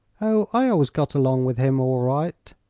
oh, i always got along with him all right,